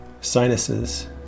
sinuses